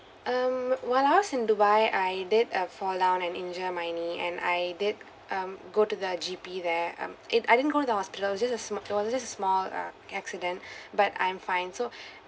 um while I was in dubai I did uh fall down and injure my knee and I did um go to the G_P there um it I didn't go in the hospital it is just sm~ it was just a small uh accident but I'm fine so